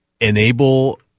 enable